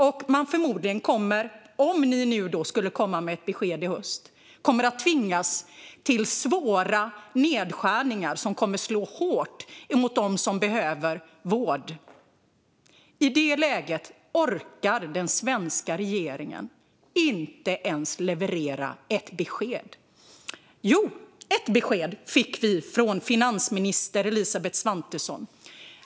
Och förmodligen kommer de, om ni skulle komma med ett besked i höst, att tvingas till svåra nedskärningar som kommer att slå hårt mot dem som behöver vård. I detta läge orkar den svenska regeringen inte ens leverera ett besked. Jo, ett besked fick vi från finansminister Elisabeth Svantesson.